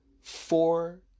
four